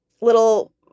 little